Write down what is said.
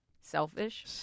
Selfish